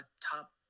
top